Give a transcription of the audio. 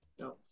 no